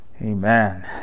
Amen